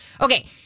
okay